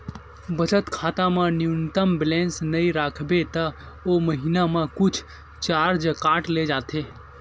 बचत खाता म न्यूनतम बेलेंस नइ राखबे त ओ महिना म कुछ चारज काट ले जाथे